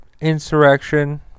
insurrection